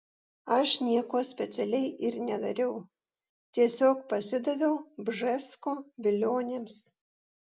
aš nieko specialiai ir nedariau tiesiog pasidaviau bžesko vilionėms